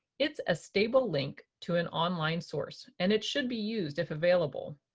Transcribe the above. it's a stable link to an online source and it should be used if available.